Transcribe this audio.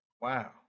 Wow